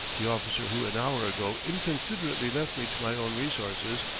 the officer who an hour ago inconsiderately left me to my own resources,